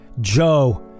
Joe